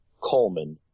Coleman